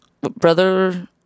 Brother